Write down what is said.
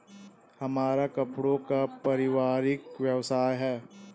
हमारा कपड़ों का पारिवारिक व्यवसाय है